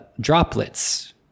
droplets